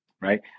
right